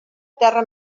terra